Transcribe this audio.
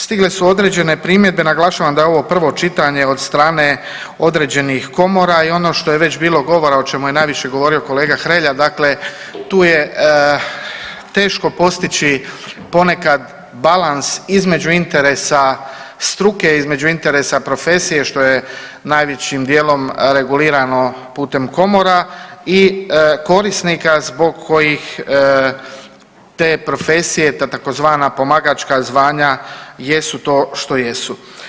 Stigle su određene primjedbe, naglašavam da je ovo prvo čitanje od strane određenih komora i ono što je već bilo govora, o čemu je najviše govorio kolega Hrelja, dakle tu je teško postići ponekad balans između interesa struke i između interesa profesije, što je najvećim dijelom regulirano putem komora i korisnika zbog kojih te profesije i ta tzv. pomagačka zvanja jesu to što jesu.